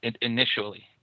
initially